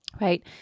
right